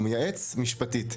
הוא מייעץ משפטית,